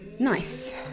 nice